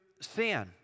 sin